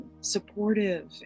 supportive